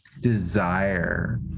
desire